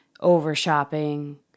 Over-shopping